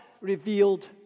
revealed